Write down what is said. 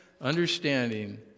understanding